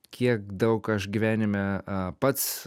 kiek daug aš gyvenime pats